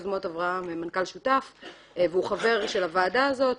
יוזמות אברהם והוא חבר של הוועדה הזאת,